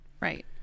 Right